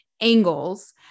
angles